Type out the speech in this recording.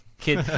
kid